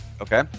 Okay